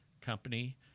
company